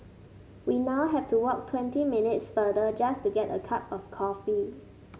we now have to walk twenty minutes farther just to get a cup of coffee